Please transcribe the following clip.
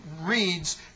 reads